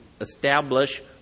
establish